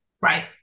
Right